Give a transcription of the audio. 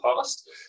past